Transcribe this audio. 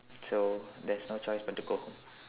so there's no choice but to go home